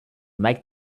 make